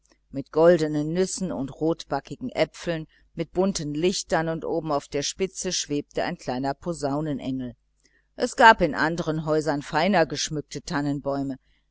mit goldenen nüssen und rotbackigen äpfeln mit bunten lichtern und oben auf der spitze schwebte ein kleiner posaunenengel es gab in andern häusern feiner geschmückte tannenbäume